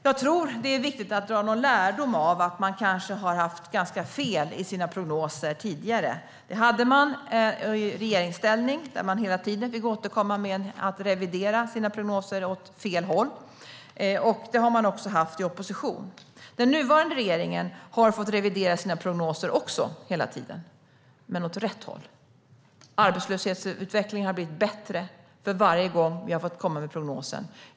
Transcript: Jag tror att det är viktigt att dra någon lärdom av att man kanske har haft ganska fel i sina prognoser tidigare. Det hade man i regeringsställning, då man hela tiden fick återkomma med en revidering av sina prognoser åt fel håll, och det har man också haft i opposition. Den nuvarande regeringen har också hela tiden fått revidera sina prognoser, men åt rätt håll. Arbetslöshetsutvecklingen har blivit bättre för varje gång som vi har kommit med prognoser.